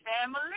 family